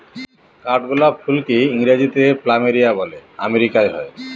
কাঠগোলাপ ফুলকে ইংরেজিতে প্ল্যামেরিয়া বলে আমেরিকায় হয়